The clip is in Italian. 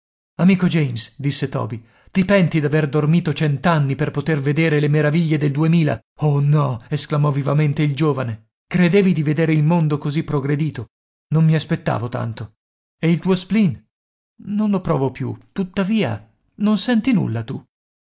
amico james disse toby ti penti d'aver dormito cent'anni per poter vedere le meraviglie del duemila oh no esclamò vivamente il giovane credevi di veder il mondo così progredito non mi aspettavo tanto e il tuo spleen non lo provo più tuttavia non senti nulla tu